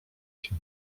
się